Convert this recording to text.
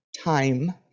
time